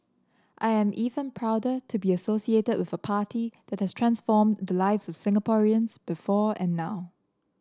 I am even prouder to be associated with a party that has transformed the lives of Singaporeans before and now